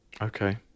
Okay